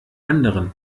anderen